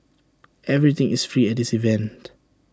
everything is free at this event